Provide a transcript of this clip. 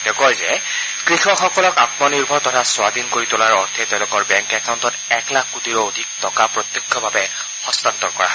তেওঁ কয় যে কৃষকসকলক আমনিৰ্ভৰ তথা স্বাধীন কৰি তোলাৰ অৰ্থে তেওঁলোকৰ বেংক একাউণ্টত এক লাখ কোটিৰো অধিক টকা প্ৰত্যক্ষভাৱে হস্তান্তৰ কৰা হৈছে